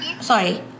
Sorry